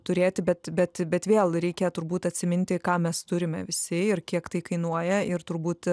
turėti bet bet bet vėl reikia turbūt atsiminti ką mes turime visi ir kiek tai kainuoja ir turbūt